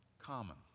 common